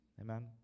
Amen